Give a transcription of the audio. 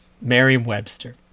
Merriam-Webster